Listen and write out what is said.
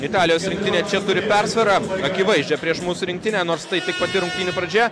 italijos rinktinė čia turi persvarą akivaizdžią prieš mūsų rinktinę nors tai tik pati rungtynių pradžia